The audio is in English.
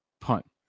punt